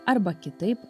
arba kitaip